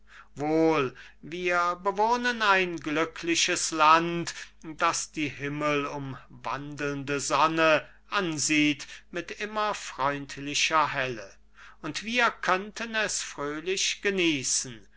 wohl wir bewohnen ein glückliches land das die himmelumwandelnde sonne ansieht mit immer freundlicher helle und wir können es fröhlich genießen